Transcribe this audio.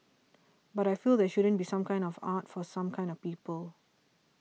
but I feel there shouldn't be some kinds of arts for some kinds of people